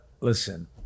listen